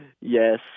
Yes